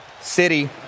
City